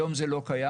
היום זה לא קיים.